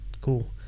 cool